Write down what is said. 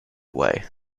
way